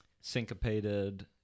syncopated